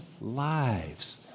lives